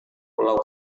pulau